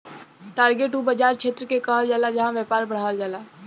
target उ बाज़ार क्षेत्र के कहल जाला जहां व्यापार बढ़ावल जाला